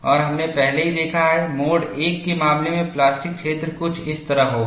और हमने पहले ही देखा है मोड I के मामले में प्लास्टिक क्षेत्र कुछ इस तरह होगा